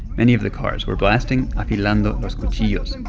many of the cars were blasting afilando los cuchillos.